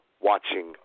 watching